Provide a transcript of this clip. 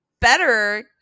better